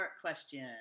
question